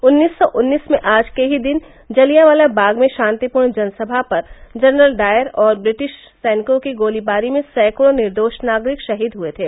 उन्नीस सौ उन्नीस में आज के ही दिन जलियांवाला बाग में शांतिपूर्ण जनसभा पर जनरल डायर और ब्रिटिश सैनिकों की गोलीबारी में सैंकड़ों निर्दोष नागरिक शहीद हुए थे